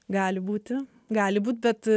gali būti gali būt bet